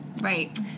Right